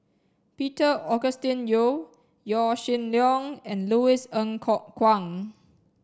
Peter Augustine Goh Yaw Shin Leong and Louis Ng Kok Kwang